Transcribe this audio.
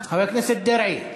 חבר הכנסת דרעי.